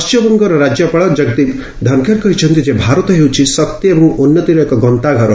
ପଶ୍ଚିମବଙ୍ଗର ରାଜ୍ୟପାଳ ଜଗଦୀପ୍ ଧନ୍ଖର୍ କହିଛନ୍ତି ଯେ ଭାରତ ହେଉଛି ଶକ୍ତି ଏବଂ ଉନ୍ନତିର ଏକ ଗନ୍ତାଘର